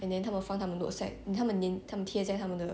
and then 他们放到他们的 notes right 他们粘他们贴在他们的